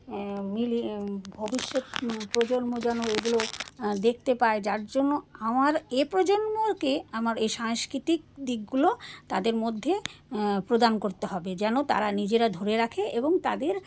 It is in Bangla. মিলিয়ে ভবিষ্যৎ প্রজন্ম যেন এগুলো দেখতে পায় যার জন্য আমার এ প্রজন্মকে আমার এই সাংস্কৃতিক দিকগুলো তাদের মধ্যে প্রদান করতে হবে যেন তারা নিজেরা ধরে রাখে এবং তাদের